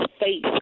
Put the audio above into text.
faith